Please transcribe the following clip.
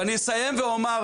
ואני אסיים ואומר,